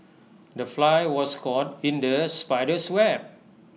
the fly was caught in the spider's web